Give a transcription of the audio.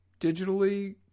digitally